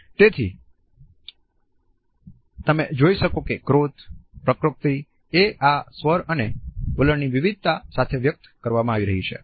અલગ હાવભાવ સાથે તેથી તમે જોઈ શકો કે ક્રોધ વક્રોક્તિ એ આ સ્વર અને વલણ ની વિવિધતા સાથે વ્યક્ત કરવામાં આવી રહી છે